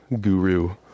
guru